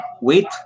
wait